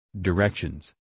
Directions